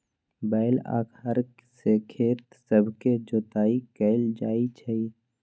बैल आऽ हर से खेत सभके जोताइ कएल जाइ छइ